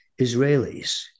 Israelis